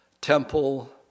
temple